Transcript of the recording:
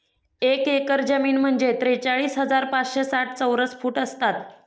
एक एकर जमीन म्हणजे त्रेचाळीस हजार पाचशे साठ चौरस फूट असतात